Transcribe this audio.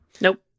Nope